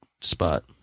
spot